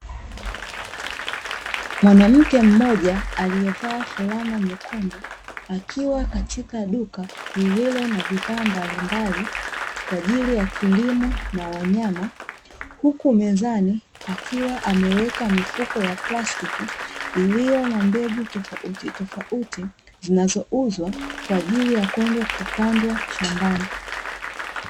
Mwanamke mmoja aliyevaa fulana nyekundu, akiwa katika duka lililo na bidhaa mbalimbali kwa ajili ya kilimo na wanyama huku mezani akiwa ameweka mifuko ya plastiki iliyo na mbegu tofautitofauti zinazouzwa kwa ajili ya kwenda kupandwa shambani.